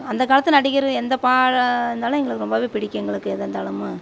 அந்த காலத்து நடிகர் எந்த பாட இருந்தாலும் எங்களுக்கு ரொம்ப பிடிக்கும் எங்களுக்கு எதா இருந்தாலும்